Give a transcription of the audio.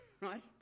right